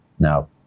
Now